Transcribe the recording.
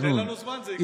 תיתן לנו זמן, זה יקרה.